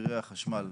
במחירי החשמל?